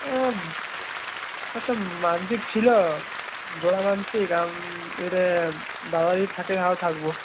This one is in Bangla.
তো মানসিক ছিল জোড়া মানসিক এবারে দাদা যদি থাকে তাহলে থাকব